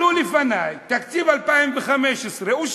עלו לפני, תקציב 2015 אושר,